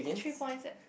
three points eh